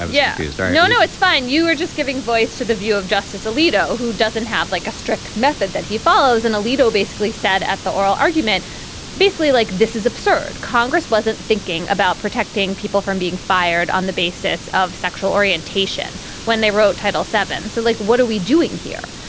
ah yeah he's there. no no it's fine. you were just giving voice to the view of justice alito who doesn't have like a strict method that he follows and alito basically said at the oral argument basically like this is absurd congress wasn't thinking about protecting people from being fired on the basis of sexual orientation when they wrote title seven. so like what are we doing here.